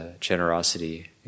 generosity